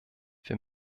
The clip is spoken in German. wir